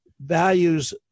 values